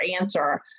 answer